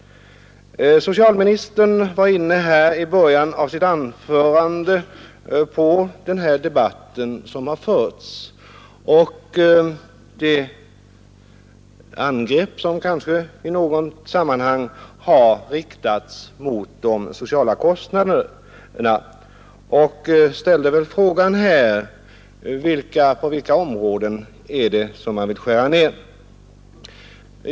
Socialministern var i början av sitt anförande inne på den debatt som har förts och de angrepp som kanske i något sammanhang har riktats mot de sociala kostnaderna, och han frågade på vilka områden det är som man vill skära ned.